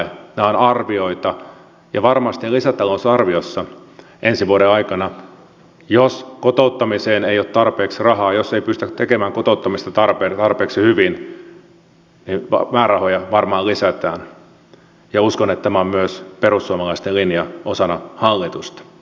nämä ovat arvioita ja lisätalousarviossa ensi vuoden aikana jos kotouttamiseen ei ole tarpeeksi rahaa jos ei pystytä tekemään kotouttamista tarpeeksi hyvin määrärahoja varmaan lisätään ja uskon että tämä on myös perussuomalaisten linja osana hallitusta